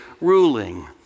ruling